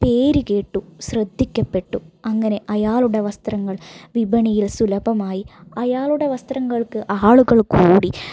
പേര് കേട്ടു ശ്രദ്ധിക്കപ്പെട്ടു അങ്ങനെ അയാളുടെ വസ്ത്രങ്ങൾ വിപണിയിൽ സുലഭമായി അയാളുടെ വസ്ത്രങ്ങൾക്ക് ആളുകൾ കൂടി